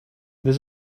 this